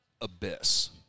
abyss